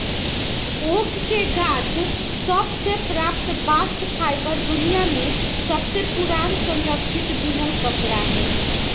oak के गाछ सभ से प्राप्त बास्ट फाइबर दुनिया में सबसे पुरान संरक्षित बिनल कपड़ा हइ